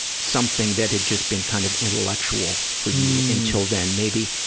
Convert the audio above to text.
something that had just been kind of intellectual for you until then? maybe,